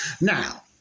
Now